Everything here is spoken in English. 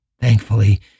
Thankfully